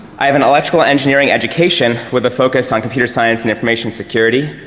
i have and electrical engineering education, with a focus on computer science and information security.